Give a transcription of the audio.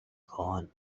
gone